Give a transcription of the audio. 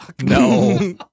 no